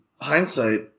hindsight –